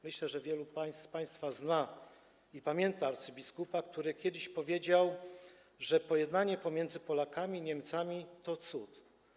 Myślę, że wielu z państwa zna i pamięta arcybiskupa, który kiedyś powiedział, że pojednanie pomiędzy Polakami i Niemcami to cud.